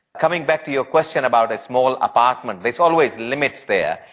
coming back to your question about a small apartment, there's always limits there.